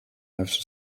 life